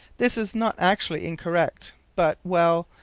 this is not actually incorrect, but well,